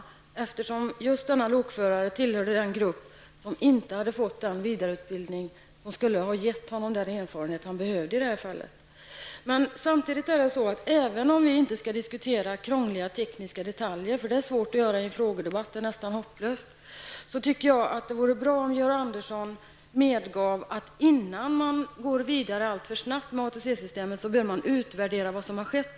Just den aktuelle lokföraren tillhörde nämligen den grupp som inte hade fått den vidareutbildning som skulle ha gett honom den erfarenhet han behövde i det här fallet. Även om vi inte skall diskutera krångliga tekniska detaljer -- det är svårt, nästan hopplöst, att göra i en frågedebatt -- vore det bra om Georg Andersson medgav att man innan man alltför snabbt går vidare med ATC-systemet bör utvärdera vad som har skett.